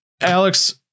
Alex